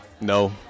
No